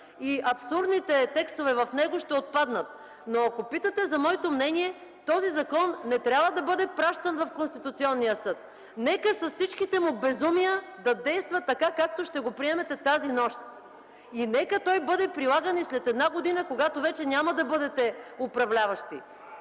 и абсурдните текстове в него ще отпаднат. Ако питате за моето мнение, този закон не трябва да бъде пращан в Конституционния съд. Нека с всичките му безумия да действа така, както ще го приемете тази нощ. Нека той да бъде прилаган след една година, когато вече няма да бъдете управляващи.